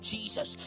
Jesus